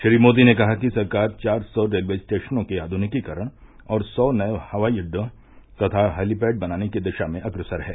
श्री मोदी ने कहा कि सरकार चार सौ रेलवे स्टेशनों के आधुनिकीकरण और सौ नये हवाई अड्डे तथा हेलीपैड बनाने की दिशा में अग्रसर है